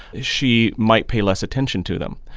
she might pay less attention to them.